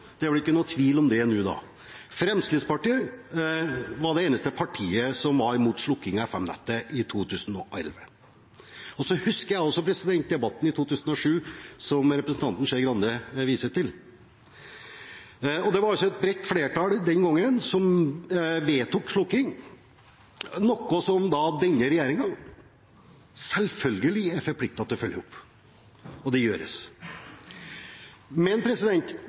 det er vel ikke noen tvil om det nå – at Fremskrittspartiet var det eneste partiet som var mot slukking av FM-nettet i 2011. Så husker jeg også debatten i 2007, som representanten Skei Grande viser til. Det var et bredt flertall den gangen som vedtok slukking, noe som denne regjeringen selvfølgelig er forpliktet til å følge opp, og det gjøres. Men